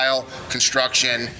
construction